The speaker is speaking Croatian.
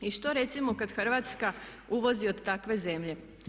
I što recimo kad Hrvatska uvozi od takve zemlje?